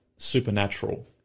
supernatural